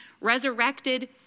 resurrected